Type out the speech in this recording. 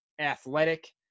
athletic